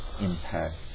impact